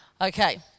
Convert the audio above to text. Okay